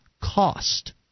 cost